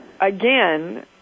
again